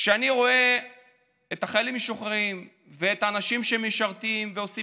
כשאני רואה את החיילים המשוחררים ואת האנשים שמשרתים ועושים